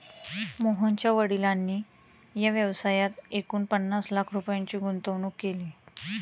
मोहनच्या वडिलांनी या व्यवसायात एकूण पन्नास लाख रुपयांची गुंतवणूक केली